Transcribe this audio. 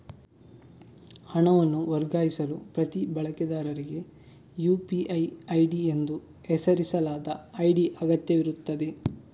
ಹಣವನ್ನು ವರ್ಗಾಯಿಸಲು ಪ್ರತಿ ಬಳಕೆದಾರರಿಗೆ ಯು.ಪಿ.ಐ ಐಡಿ ಎಂದು ಹೆಸರಿಸಲಾದ ಐಡಿ ಅಗತ್ಯವಿರುತ್ತದೆ